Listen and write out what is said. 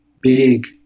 big